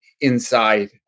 inside